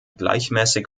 gleichmäßig